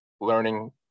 learning